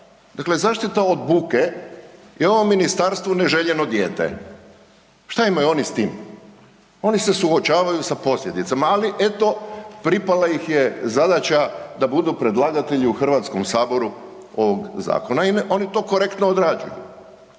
Dakle, zaštita od buke je ovom ministarstvu neželjeno dijete. Šta imaju oni s tim? Oni se suočavaju sa posljedicama, ali eto pripala ih je zadaća da budu predlagatelji u HS ovog zakona. Naime, oni to korektno odrađuju.